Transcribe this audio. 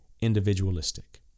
individualistic